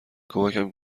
کمکم